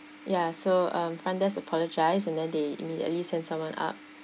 ya so um front desk apologised and then they immediately send someone up